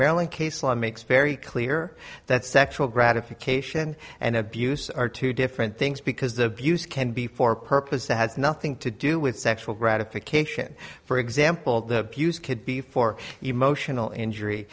maryland case law makes very clear that sexual gratification and abuse are two different things because the abuse can be for purposes that has nothing to do with sexual gratification for example the buz could be for emotional injury